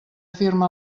firma